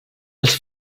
els